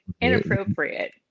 Inappropriate